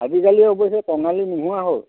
আজিকালি অৱশ্যে কঙালী নোহোৱা হ'ল